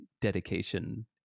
dedication